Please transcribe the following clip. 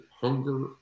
hunger